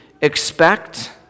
expect